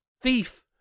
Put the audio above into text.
thief